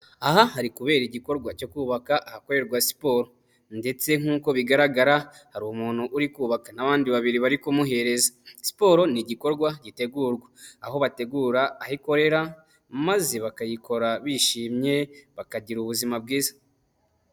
Aha hari kubera igikorwa cyo kubaka ahakorerwa siporo, ndetse nk'uko bigaragara hari umuntu uri kubaka n'abandi babiri bari kumuhereza. Siporo ni igikorwa gitegurwa aho bategura aho ikorera maze bakayikora bishimye bakagira ubuzima bwiza.